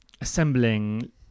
assembling